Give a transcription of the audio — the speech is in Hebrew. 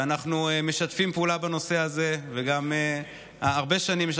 שאנחנו משתפים פעולה בנושא הזה, הרבה שנים, אופיר.